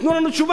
תנו לנו תשובה.